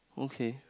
okay